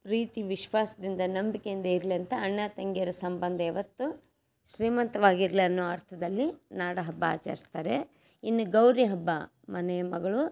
ಪ್ರೀತಿ ವಿಶ್ವಾಸದಿಂದ ನಂಬಿಕೆಯಿಂದ ಇರ್ಲಿ ಅಂತ ಅಣ್ಣ ತಂಗಿಯರ ಸಂಬಂಧ ಯಾವತ್ತೂ ಶ್ರೀಮಂತವಾಗಿರ್ಲಿ ಅನ್ನೋ ಅರ್ಥದಲ್ಲಿ ನಾಡಹಬ್ಬ ಆಚರಿಸ್ತಾರೆ ಇನ್ನು ಗೌರಿ ಹಬ್ಬ ಮನೆ ಮಗಳು